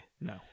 no